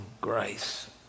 grace